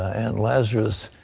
and lazarus,